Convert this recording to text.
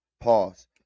Pause